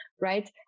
right